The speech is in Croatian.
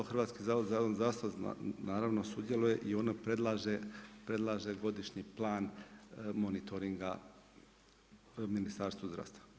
Hrvatski zavod za javno zdravstvo naravno sudjeluje i ono predlaže godišnji plan monitoringa Ministarstvu zdravstva.